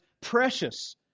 precious